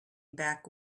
back